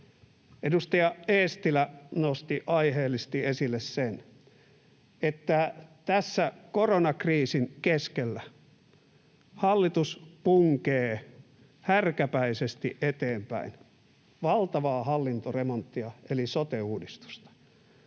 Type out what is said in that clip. Edustaja Eestilä nosti aiheellisesti esille sen, että tässä koronakriisin keskellä hallitus punkee härkäpäisesti eteenpäin valtavaa hallintoremonttia eli sote-uudistusta.